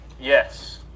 Yes